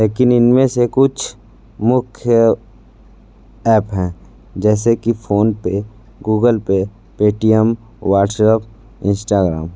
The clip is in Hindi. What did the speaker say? लेकिन इनमें से कुछ मुख्य ऐप हैं जैसे कि PhonePe Google Pay Paytm WhatsApp Instagram